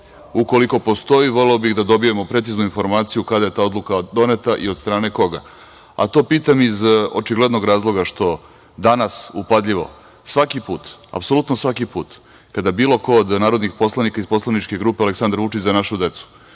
Ukoliko postoji, voleo bih da dobijemo preciznu informaciju kada je ta odluka doneti i od strane koga. To pitam iz očiglednog razloga što danas upadljivo svaki put, apsolutno svaki put kada bilo ko od narodnih poslanika iz Poslaničke grupe Aleksandar Vučić – Za našu decu